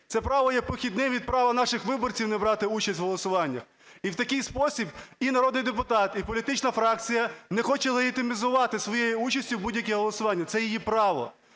Це право є похідним від права наших виборцях не брати участь в голосуваннях. І в такий спосіб і народний депутат, і політична фракція не хоче легітимізувати своєю участю будь-які голосування, це її право.